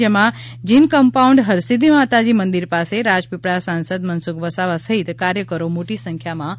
જેમાં gin compound Harsiddhi Mataji મંદિર પાસે રાજપીપળા સાંસદ મનસુખ વસાવા સહિત કાર્યકરો મોટી સંખ્યામાં ઉપસ્થિત રહ્યા હતા